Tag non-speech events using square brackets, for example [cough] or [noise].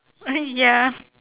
[laughs] ya [laughs]